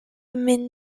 min